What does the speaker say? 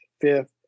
fifth